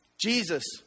Jesus